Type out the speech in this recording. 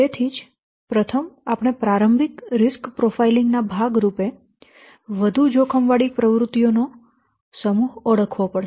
તેથી જ પ્રથમ આપણે પ્રારંભિક રીસ્ક પ્રોફાઈલિંગ નાં ભાગ રૂપે વધુ જોખમવાળી પ્રવૃત્તિઓનો સમૂહ ઓળખવો પડશે